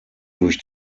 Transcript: durch